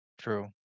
True